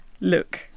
look